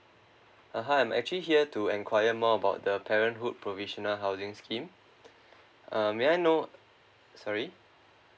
uh hi I'm actually here to inquire more about the parenthood provisional housing scheme um may I know sorry